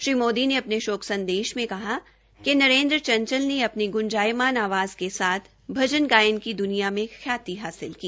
श्री मोदी ने अपने शोत संदेश मे कहा है नरेंद्र चंचल ने अपनी गूंजायमान आवाज़ के साथ भजन गायक की द्निया में ख्यति हासिल की